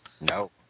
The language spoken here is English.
No